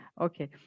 okay